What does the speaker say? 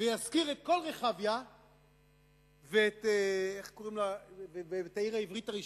וישכיר את כל רחביה ואת העיר העברית הראשונה,